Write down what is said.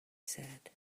said